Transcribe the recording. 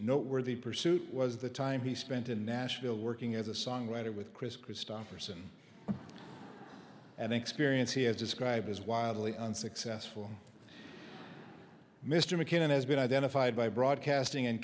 noteworthy pursuit was the time he spent in nashville working as a songwriter with kris kristofferson an experience he has described as wildly unsuccessful mr mckinnon has been identified by broadcasting